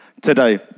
today